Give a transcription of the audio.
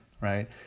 right